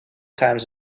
times